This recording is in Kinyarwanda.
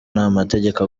n’amategeko